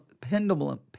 pendulum